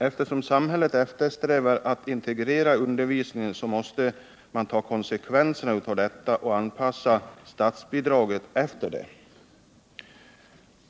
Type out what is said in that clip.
Eftersom samhället eftersträvar att integrera undervisningen, så måste man ta konsekvenserna av detta och anpassa statsbidraget därefter.